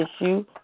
issue